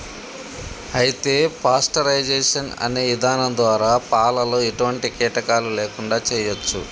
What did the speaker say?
అయితే పాస్టరైజేషన్ అనే ఇధానం ద్వారా పాలలో ఎటువంటి కీటకాలు లేకుండా చేయచ్చు